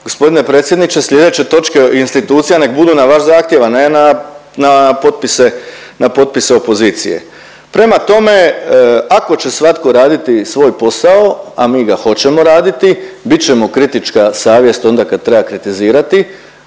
gospodine predsjedniče sljedeće točke institucija nek' budu na vaš zahtjev, a ne na potpise opozicije. Prema tome, ako će svatko raditi svoj posao, a mi ga hoćemo raditi bit ćemo kritička savjest onda kad treba kritizirati,